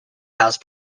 house